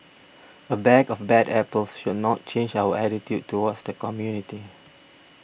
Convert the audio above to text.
a bag of bad apples should not change our attitude towards the community